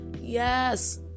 Yes